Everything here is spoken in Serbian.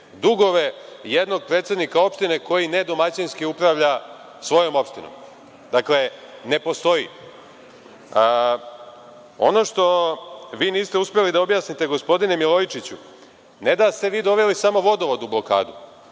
dugove jednog predsednika opštine koji nedomaćinski upravlja svojom opštinom. Dakle, ne postoji. Ono što vi niste uspeli da objasnite gospodine Milojičiću, ne da ste vi doveli samo vodovod u blokadu,